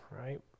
right